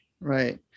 Right